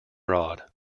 broad